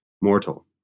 Mortal